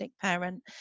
parent